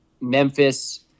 memphis